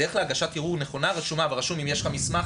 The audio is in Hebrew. הדרך להגשת ערעור נכונה רשומה ורשום שאם יש לך מסמך,